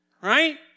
right